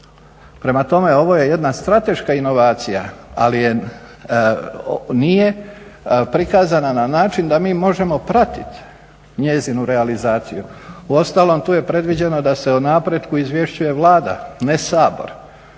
Prema tome, ovo je jedna strateška inovacija ali nije prikazana na način da mi možemo pratiti njezinu realizaciju. Uostalom tu je predviđeno da se o napretku izvješću Vlada ne Sabor